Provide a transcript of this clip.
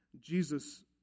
Jesus